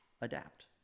adapt